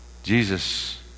Jesus